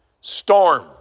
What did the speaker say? Storm